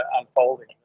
unfolding